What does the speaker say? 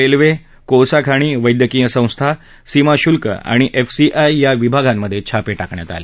railway कोळसा खाणी वैद्यकीय संस्था सीमा शुल्क आणि एफसीआय या विभागांमध्ये छापे टाकण्यात आले